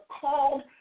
called